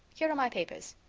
here are my papers.